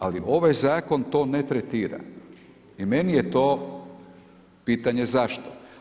Ali ovaj zakon to ne tretira i meni je to pitanje zašto.